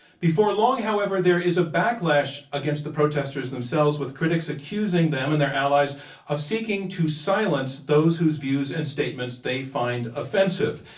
before long, however, there is a backlash against the protesters themselves with critics accusing them and their allies of seeking to silence those whose views and statements they find offensive.